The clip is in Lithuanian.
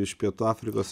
iš pietų afrikos